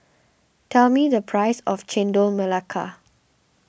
tell me the price of Chendol Melaka